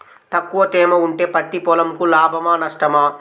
తక్కువ తేమ ఉంటే పత్తి పొలంకు లాభమా? నష్టమా?